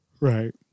Right